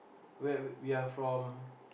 wait we are from